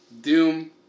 Doom